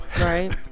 Right